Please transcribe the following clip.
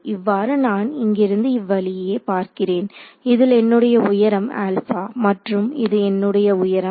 இவ்வாறு நான் இங்கிருந்து இவ்வழியே பார்க்கிறேன் இதில் என்னுடைய உயரம் மற்றும் இது என்னுடைய உயரம்